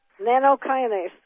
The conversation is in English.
Nanokinase